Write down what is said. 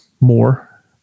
more